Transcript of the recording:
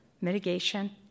mitigation